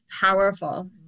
powerful